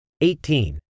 Eighteen